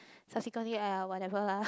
subsequently !aiya! whatever lah